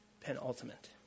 penultimate